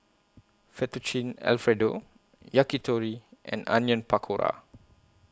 Fettuccine Alfredo Yakitori and Onion Pakora